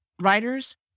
writers